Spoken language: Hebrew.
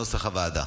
כנוסח הוועדה.